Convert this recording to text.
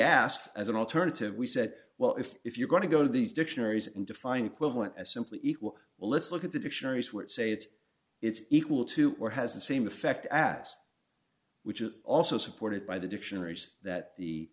asked as an alternative we said well if if you're going to go to these dictionaries and define equivalent as simply equal well let's look at the dictionaries which say it's it's equal to or has the same effect as which is also supported by the dictionaries that the